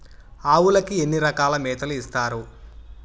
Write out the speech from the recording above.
ఆవులకి ఎన్ని రకాల మేతలు ఇస్తారు?